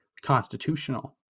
constitutional